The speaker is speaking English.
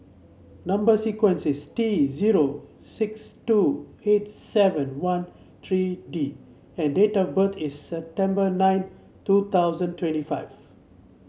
number sequence is T zero six two eight seven one three D and date of birth is September nine two thousand twenty five